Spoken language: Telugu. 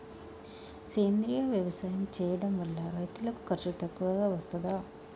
సేంద్రీయ వ్యవసాయం చేయడం వల్ల రైతులకు ఖర్చు తక్కువగా వస్తదా?